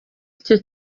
icyo